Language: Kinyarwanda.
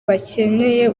bakeneye